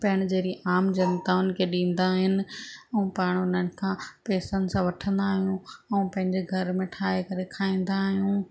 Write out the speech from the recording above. पैण जहिड़ी आम जनताउनि खे ॾींदा आहिनि ऐं पाण उन्हनि खां पेसनि सां वठंदा आहियूं ऐं पंहिंजे घर में ठाहे करे खाईन्दा आहियूं